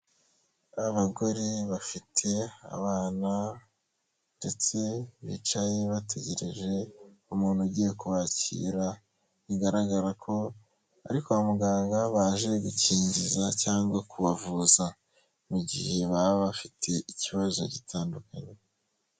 Abagore bafite abana ndetse bicaye bategereje umuntu ugiye kubakira, bigaragara ko ari kwa muganga baje gukingiza cyangwa kubavuza mu gihe baba bafite ikibazo gitandukanye.